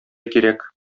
кирәк